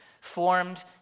formed